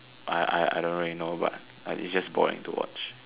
I I I don't really know but it's just boring to watch